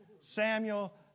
Samuel